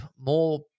more